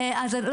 אדוני,